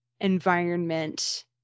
environment